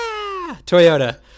Toyota